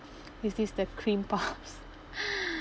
this is the cream puffs